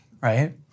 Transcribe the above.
Right